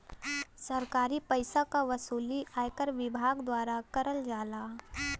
सरकारी पइसा क वसूली आयकर विभाग द्वारा करल जाला